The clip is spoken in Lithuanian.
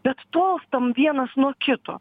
bet tolstam vienas nuo kito